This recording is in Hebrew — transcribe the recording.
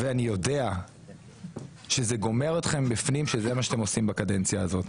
אני יודע שזה גומר אתכם בפנים שזה מה שאתם עושים בקדנציה הזאת.